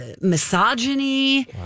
misogyny